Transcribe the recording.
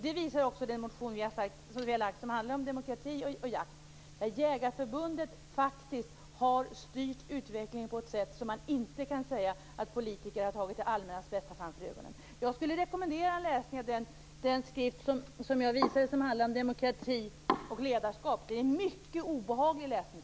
Det visar också den motion som vi har väckt som handlar om demokrati och jakt. Jägareförbundet har faktiskt styrt utvecklingen på ett sådant sätt att man inte kan säga att politikerna har haft det allmännas bästa framför ögonen. Jag rekommenderar en läsning av en skrift som handlar om demokrati och ledarskap. Det är en mycket obehaglig läsning.